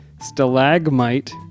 Stalagmite